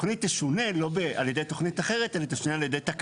תשונה על ידי תקנות.